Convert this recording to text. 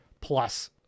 plus